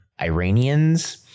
Iranians